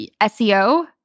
SEO